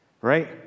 Right